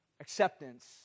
acceptance